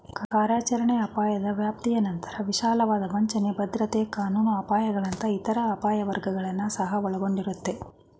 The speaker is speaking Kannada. ಕಾರ್ಯಾಚರಣೆ ಅಪಾಯದ ವ್ಯಾಪ್ತಿನಂತ್ರ ವಿಶಾಲವಾದ ವಂಚನೆ, ಭದ್ರತೆ ಕಾನೂನು ಅಪಾಯಗಳಂತಹ ಇತರ ಅಪಾಯ ವರ್ಗಗಳನ್ನ ಸಹ ಒಳಗೊಂಡಿರುತ್ತೆ